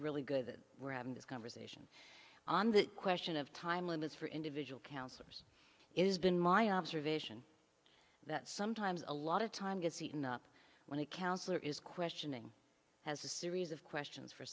really good that we're having this conversation on the question of time limits for individual counselors is been my observation that sometimes a lot of time gets eaten up when it counselor is questioning has a series of questions for